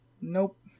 nope